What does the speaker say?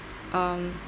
um